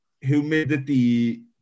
humidity